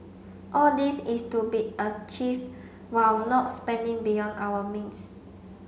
all this is to be achieved while not spending beyond our means